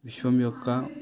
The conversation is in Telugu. విశ్వం యొక్క